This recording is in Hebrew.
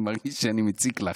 אני מרגיש שאני מציק לך.